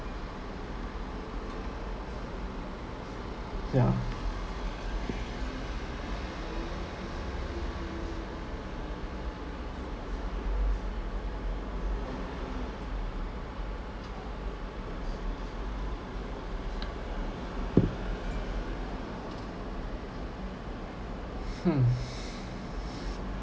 yeah hmm